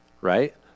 right